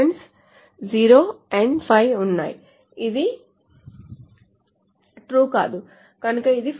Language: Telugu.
some element 0 and 5 ఉన్నాయి ఇక్కడ ఇది true కాదు కనుక ఇది false